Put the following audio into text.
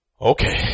Okay